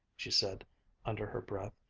she said under her breath.